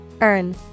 Earn